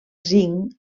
zinc